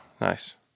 nice